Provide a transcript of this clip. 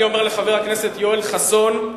אני אומר לחבר הכנסת יואל חסון: